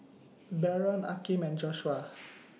Baron Akeem and Joshua